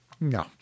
No